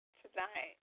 tonight